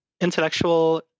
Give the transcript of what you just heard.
intellectual